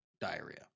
diarrhea